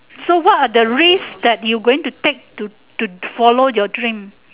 so what are the risk that you going to take to to follow your dreams